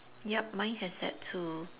yup mine has that too